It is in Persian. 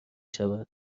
شود